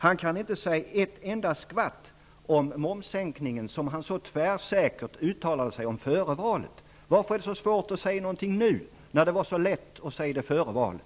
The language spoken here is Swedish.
Han kan inte säga ett enda skvatt om momssänkningen, som han så tvärsäkert uttalade sig om före valet. Varför är det så svårt att säga någonting nu, när det var så lätt att säga det före valet?